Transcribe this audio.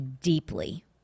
deeply